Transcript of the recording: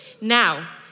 Now